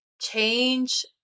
Change